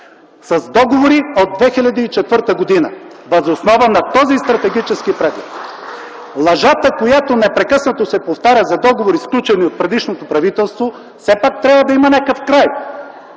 с договори от 2004 г. Въз основа на този стратегически преглед! (Ръкопляскания от КБ.) Лъжата, която непрекъснато се повтаря за договори, сключени от предишното правителство, все пак трябва да има някакъв край.